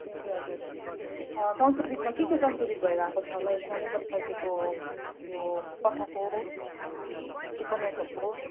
ए हजुर संशोधितमा के के संशोधित भएर आएको छ होला यसमा नेपाली साहित्यको यो कथाको उपन्यासहरूको